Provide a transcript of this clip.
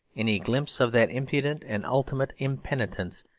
any glimpse of that impudent and ultimate impenitence,